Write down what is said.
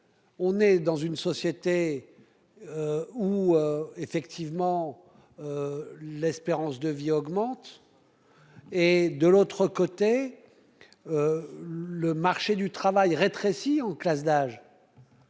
On est dans une société. Où effectivement. L'espérance de vie augmente. Et de l'autre côté. Le marché du travail, rétrécit en classe d'âge.